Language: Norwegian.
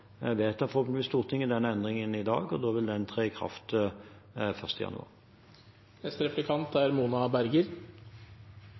vedtar forhåpentligvis Stortinget denne endringen i dag, og da vil den tre i kraft